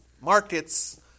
markets